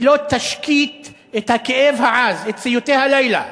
היא לא תשקיט את הכאב העז, את סיוטי הלילה